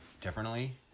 differently